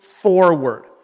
forward